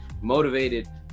motivated